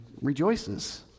rejoices